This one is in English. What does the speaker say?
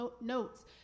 notes